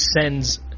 sends